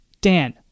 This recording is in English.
Dan